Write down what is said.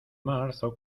marzo